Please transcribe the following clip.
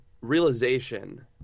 realization